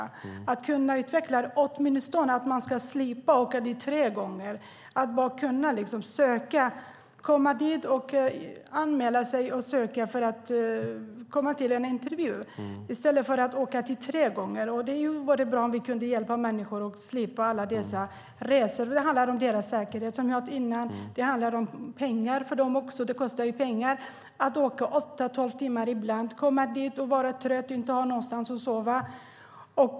Det vore bra om man kunde utveckla detta så att man åtminstone slipper åka dit tre gånger. Det vore bra om man kunde komma dit, anmäla sig och sedan få komma på en intervju i stället för att åka dit tre gånger. Det vore bra om vi kunde hjälpa människor att slippa alla dessa resor. Det handlar om deras säkerhet och om pengar. Det kostar ju pengar att åka åtta till tolv timmar. De kommer dit och är trötta. De har ingenstans att sova.